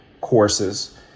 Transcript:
courses